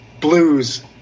blues